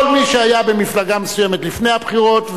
כל מי שהיה במפלגה מסוימת לפני הבחירות,